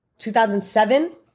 2007